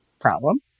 problem